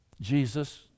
Jesus